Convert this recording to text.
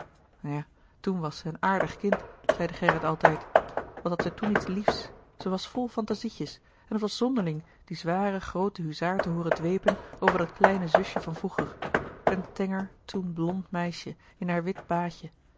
ja toen was zij een aardig kind zeide gerrit altijd wat had zij toen iets liefs zij was vol fantazietjes en het was zonderling die zware groote huzaar te hooren dwepen over dat kleine zusje van vroeger een tenger toen blond meisje in haar wit baadje